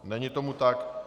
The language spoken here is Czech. Není tomu tak.